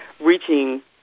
reaching –